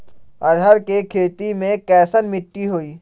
अरहर के खेती मे कैसन मिट्टी होइ?